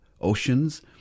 oceans